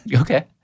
Okay